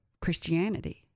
Christianity